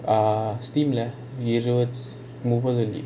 err steam leh இராவது முப்பத்தஞ்சி:iraavathu muppanthanji